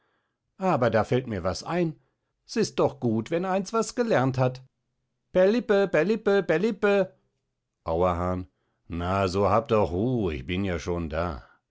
aber da fällt mir was ein s ist doch gut wenn eins was gelernt hat perlippe perlippe perlippe auerhahn na so hab doch ruh ich bin ja schon da